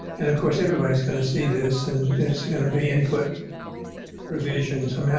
and, of course, everybody's going to see this and it's going to be input revisions. um yeah